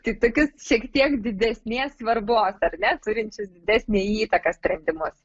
tai tokius šiek tiek didesnės svarbos ar ne turinčius didesnę įtaką sprendimus